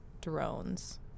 drones